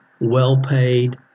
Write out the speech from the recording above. well-paid